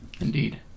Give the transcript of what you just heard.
Indeed